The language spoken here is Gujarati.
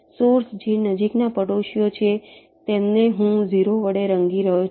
સોર્સ જે નજીકના પડોશીઓ છે તેમને હું 0 વડે રંગી રહ્યો છું